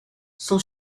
son